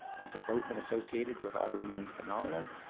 these have both been associated with autoimmune phenomenon.